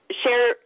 share